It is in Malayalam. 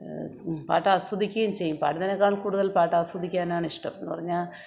പാട്ട് ആസ്വദിക്കുകയും ചെയ്യും പാടുന്നതിനേക്കാൾ കൂടുതൽ പാട്ട് ആസ്വദിക്കാനാണ് ഇഷ്ട്ടം എന്നുപറഞ്ഞാല്